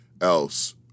else